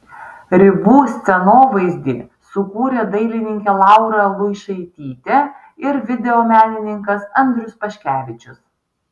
ribų scenovaizdį sukūrė dailininkė laura luišaitytė ir video menininkas andrius paškevičius